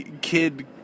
kid